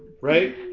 Right